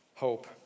Hope